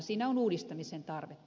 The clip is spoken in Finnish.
siinä on uudistamisen tarvetta